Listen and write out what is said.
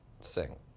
sing